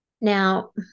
Now